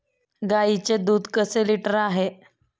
गाईचे दूध कसे लिटर आहे?